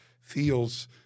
feels